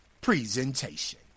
presentation